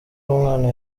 umwana